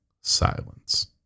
silence